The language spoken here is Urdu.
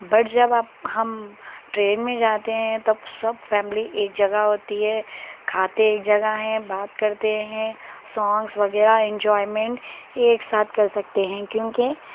بٹ جب آپ ہم ٹرین میں جاتے ہیں تب سب فیملی ایک جگہ ہوتی ہے کھاتے ایک جگہ ہیں بات کرتے ہیں سانگس وغیرہ انجوائےمینٹ ایک ساتھ کر سکتے ہیں کیونکہ